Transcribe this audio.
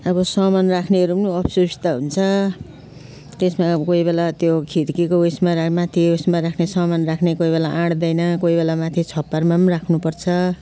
अब सामान राख्नेहरू पनि असुविस्ता हुन्छ त्यसमा अब कोही बेला त्यो खिर्कीको उयसमा राम माथि उयसमा राख्ने सामान राख्ने कोही बेला आँट्दैन कोही बेला माथि छप्परमा पनि राख्नुपर्छ